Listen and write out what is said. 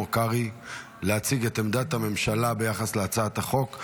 קרעי להציג את עמדת הממשלה ביחס להצעת החוק.